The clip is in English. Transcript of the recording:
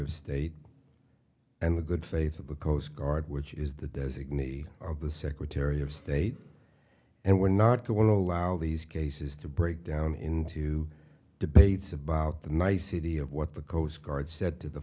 of state and the good faith of the coast guard which is the designee of the secretary of state and we're not going to allow these cases to break down into debates about the nicety of what the coast guard said to the